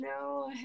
no